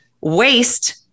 waste